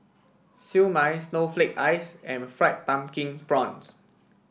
Siew Mai Snowflake Ice and Fried Pumpkin Prawns